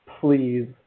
please